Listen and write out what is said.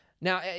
Now